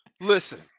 Listen